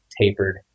tapered